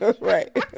right